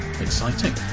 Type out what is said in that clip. exciting